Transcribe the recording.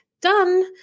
done